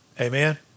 Amen